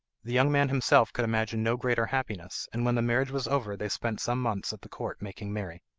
the young man himself could imagine no greater happiness, and when the marriage was over they spent some months at the court making merry.